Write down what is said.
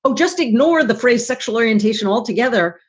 um just ignore the phrase sexual orientation altogether.